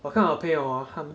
我看我朋友 hor 他